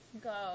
go